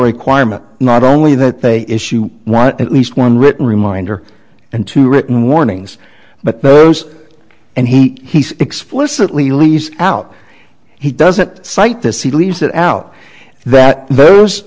requirement not only that they issue not at least one written reminder and two written warnings but those and he explicitly lease out he doesn't cite this he leaves it out that those